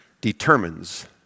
Determines